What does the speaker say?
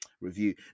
review